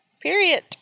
Period